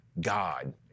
God